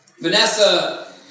Vanessa